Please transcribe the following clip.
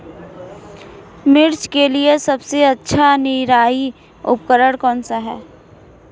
मिर्च के लिए सबसे अच्छा निराई उपकरण कौनसा है?